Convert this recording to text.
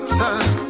time